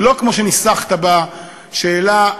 ולא כמו שניסחת בשאלה,